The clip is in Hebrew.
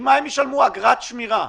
עם מה הם ישלמו אגרת שמירה?